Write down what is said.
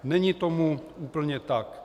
Není to úplně tak.